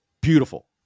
Beautiful